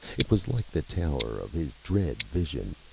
it was like the tower of his dread vision,